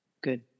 Good